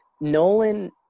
Nolan